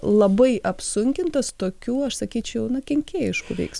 labai apsunkintas tokių aš sakyčiau na kenkėjiškų veiks